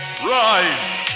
rise